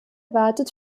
wartet